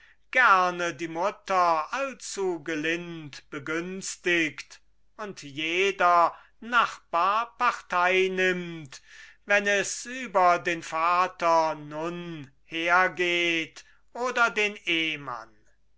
gerne die mutter allzu gelind begünstigt und jeder nachbar partei nimmt wenn es über den vater nun hergeht oder den ehmann